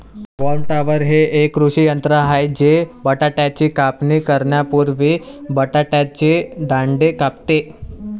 haulm topper हे एक कृषी यंत्र आहे जे बटाट्याची कापणी करण्यापूर्वी बटाट्याचे दांडे कापते